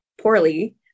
poorly